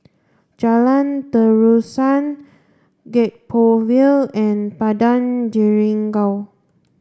Jalan Terusan Gek Poh Ville and Padang Jeringau